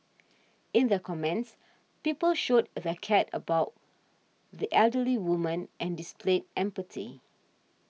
in their comments people showed they cared about the elderly woman and displayed empathy